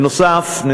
נוסף על כך,